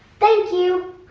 thank you